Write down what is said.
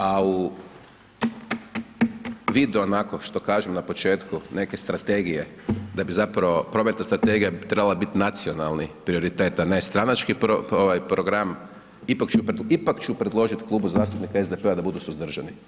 A u vidu, onako što kažu na početku neke strategije, da bi zapravo prometna strategija bi trebala biti nacionalni prioritet, a ne stranački ovaj program, ipak ću predložit Klubu zastupnika SDP-a da budu suzdržani.